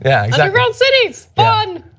yeah but underground cities. fun.